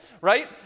right